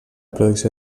producció